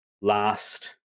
last